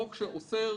חוק שאוסר